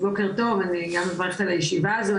בוקר טוב, אני גם מברכת על הישיבה הזו.